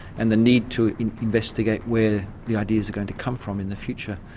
and the need to investigate where the ideas are going to come from in the future.